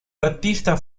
artista